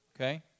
Okay